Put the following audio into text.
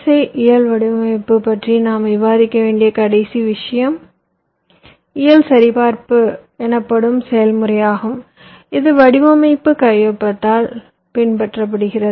ஐ இயல் வடிவமைப்பைப் பற்றி நாம் விவாதிக்க வேண்டிய கடைசி விஷயம் இயல் சரிபார்ப்பு எனப்படும் செயல்முறை ஆகும் இது வடிவமைப்பு கையொப்பத்தால் பின்பற்றப்படுகிறது